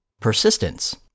persistence